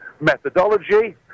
methodology